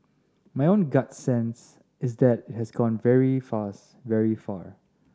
my own gut sense is that it has gone very fast very far